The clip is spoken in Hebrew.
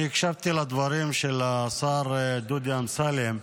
הקשבתי לדברים של השר דודי אמסלם,